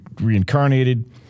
reincarnated